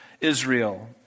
Israel